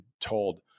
told